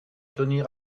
tenir